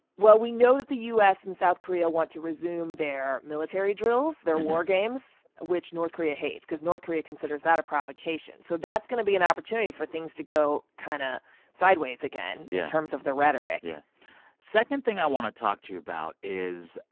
well, we know that the u s. and south korea want to resume their military drills, their war games, which north korea hates because north korea considers that a provocation. so that's going to be an opportunity for things to go kind of sideways again yeah. yeah. in terms of the rhetoric yeah second thing i want to talk to you about is,